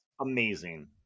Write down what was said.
amazing